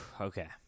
Okay